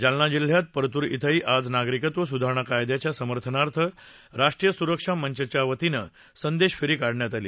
जालना जिल्ह्यात परतूर इथंही आज नागरिकत्व सुधारणा कायद्याच्या समर्थनात राष्ट्रीय स्रक्षा मंचच्यावतीनं संदेश फेरी काढण्यात आली